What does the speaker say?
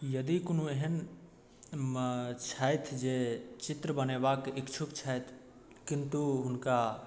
यदि कोनो एहनमे छथि जे चित्र बनेबाक इक्षुक छथि किन्तु हुनका